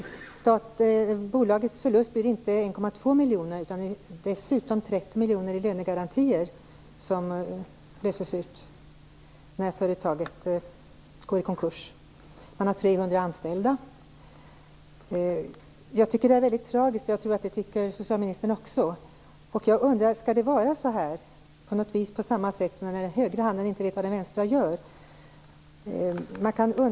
Bolagets förlust blir dock inte 1,2 miljoner. Det handlar dessutom om 30 miljoner i lönegarantier som löses ut när företaget går i konkurs. Stiftelsen har 300 Jag tycker att detta är väldigt tragiskt, och jag tror att också socialministern tycker det. Skall det vara så här, så att den högra handen inte vet vad den vänstra gör?